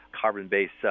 carbon-based